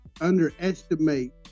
underestimate